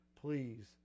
Please